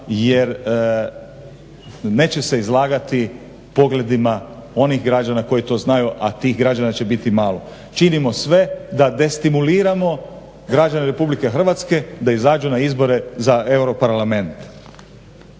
jer neće se izlagati pogledima onih građana koji to znaju, a tih građana će biti malo. Činimo sve da destimuliramo građane RH da izađu na izbore za EU parlament.